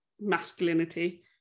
masculinity